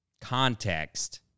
context